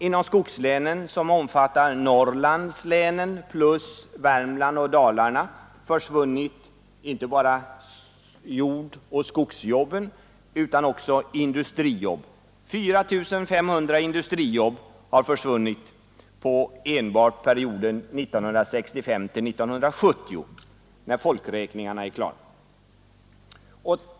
Inom skogslänen, som omfattar Norrland plus Värmland och Dalarna, har försvunnit inte bara jordoch skogsjobben, utan 450 000 industrijobb har försvunnit enbart under perioden 1965-1970 för vilken folkräkningarna är klara.